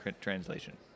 Translation